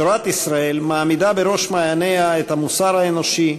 תורת ישראל מעמידה בראש מעייניה את המוסר האנושי,